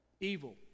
Evil